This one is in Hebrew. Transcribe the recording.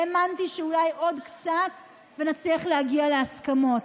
האמנתי שאולי עוד קצת ונצליח להגיע להסכמות,